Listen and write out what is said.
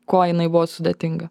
kuo jinai buvo sudėtinga